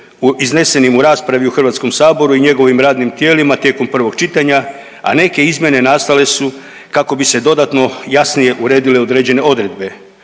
iznesenim u raspravi u Hrvatskom saboru i njegovim radnim tijelima tijekom prvog čitanja, a neke izmjene nastale su kako bi se dodatno jasnije uredile određene odredbe.